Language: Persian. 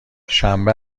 شنبه